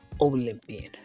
olympian